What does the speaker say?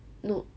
no